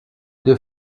deux